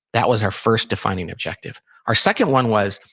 that was our first defining objective our second one was,